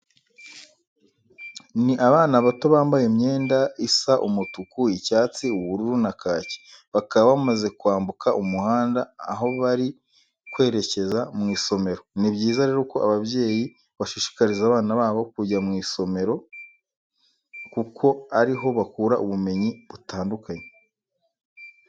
Ni abana bato bambaye imyenda isa umutuku, icyatsi, ubururu na kake, bakaba bamaze kwambuka umuhanda aho bari kwerekeza mu isomero. Ni byiza rero ko ababyeyi bashishikariza abana babo kujya mu isomore kuko ari ho bakura ubumenyi butandukanye.